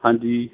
ਹਾਂਜੀ